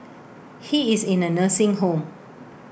he is in A nursing home